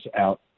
out